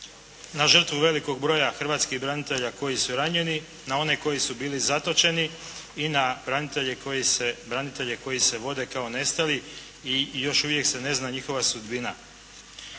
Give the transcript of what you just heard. na žrtvu velikog broja hrvatskih branitelja koji su ranjeni, na one koji su bili zatočeni i na branitelje koji se vode kao nestali i još uvijek se ne zna njihova sudbina.